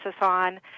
on